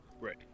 Right